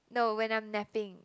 no when I'm napping